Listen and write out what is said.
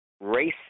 race